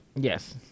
yes